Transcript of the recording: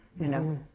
you know?